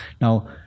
Now